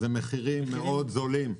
המחירים מאוד נמוכים.